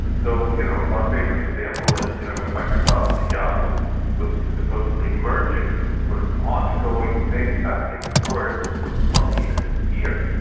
so you know our favourite example is you know when microsoft and yahoo were supposedly merging, the sort of ongoing thing back and forth, for probably even years,